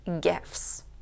gifts